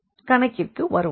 கணக்கிற்கு வருவோம்